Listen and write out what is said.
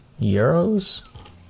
Euros